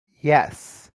yes